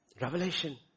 Revelation